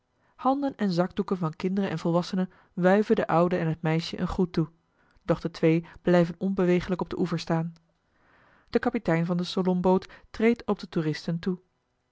handen en zakdoeken van kinderen en volwassenen wuiven den oude en het meisje een groet toe doch de twee blijven onbeweeglijk op den oever staan de kapitein van de salonboot treedt op de toeristen toe